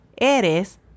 Eres